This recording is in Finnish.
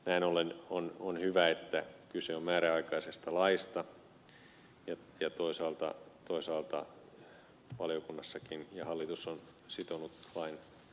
näin ollen on hyvä että kyse on määräaikaisesta laista ja valiokuntakin ja hallitus on sitonut vain